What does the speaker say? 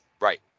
Right